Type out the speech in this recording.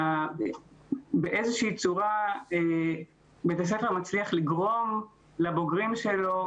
שבאיזה שהיא צורה בית הספר מצליח לגרום לבוגרים שלו,